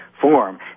form